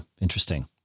Interesting